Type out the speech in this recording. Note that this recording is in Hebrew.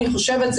אני חושבת,